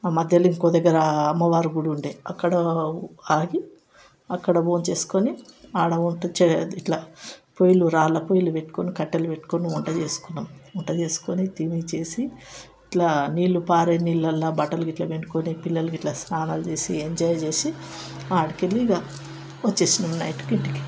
ఆ మధ్యలో ఇంకో దగ్గర అమ్మవారి గుడి ఉండే అక్కడ ఆగి అక్కడ భోజనం చేసుకోని ఆడ వంట ఇట్లా పొయ్యిలు రాళ్ళ పొయ్యిలు పెట్టుకుని కట్టెలు పెట్టుకుని వంట చేసుకున్నాం వంట చేసుకుని తిని చేసి ఇట్లా నీళ్ళు పారే నీళ్ళలో బట్టలు గిట్లా పిండుకొని పిల్లలు గిట్ల స్నానాలు చేసి ఎంజాయ్ చేసి ఆడికి వెళ్ళి ఇక వచ్చినాం నైట్కి ఇంటికి